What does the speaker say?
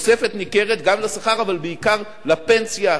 תוספת ניכרת גם לשכר, אבל בעיקר לפנסיה,